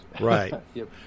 Right